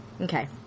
Okay